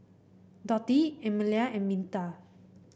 Dotty Emelia and Minta